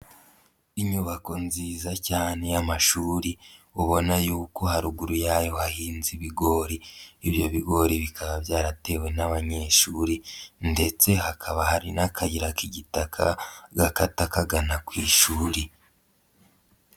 Inyubako nziza cyane y'amashuri ubona yuk haruguru y'ayo hahinze ibigori, ibyo bigori bikaba byaratewe n'abanyeshuri ndetse hakaba hari n'akayira k'igitaka gakata kagana ku ishuri.